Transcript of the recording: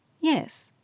Yes